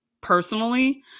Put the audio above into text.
personally